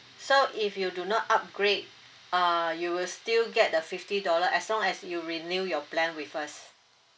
so if you do not upgrade uh you will still get the fifty dollar as long as you renew your plan with us